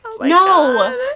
No